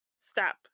Stop